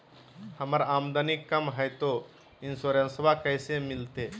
हमर आमदनी कम हय, तो इंसोरेंसबा कैसे मिलते?